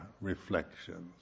reflections